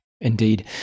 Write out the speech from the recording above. Indeed